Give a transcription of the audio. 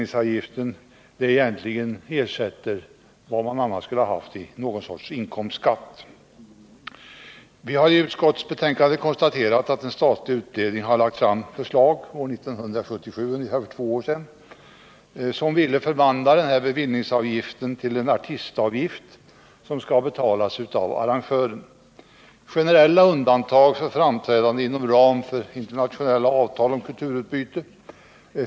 Den avgiften ersätter egentligen vad man annars skulle ha tagit ut i inkomstskatt. Vi har i utskottsbetänkandet konstaterat att en statlig utredning 1977, alltså för ungefär två år sedan, lade fram förslag om att förvandla denna bevillningsavgift till en artistavgift, som skulle betalas av arrangören. Generella undantag skulle kunna göras för framträdanden inom ramen för internationella avtal om kulturutbyte.